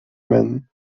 men